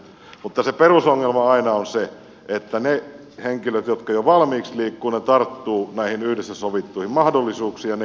mutta perusongelma aina on se että ne henkilöt jotka jo valmiiksi liikkuvat tarttuvat näihin yhdessä sovittuihin mahdollisuuksiin ja ne jotka eivät liiku eivät näin tee